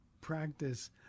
practice